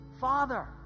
Father